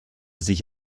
sich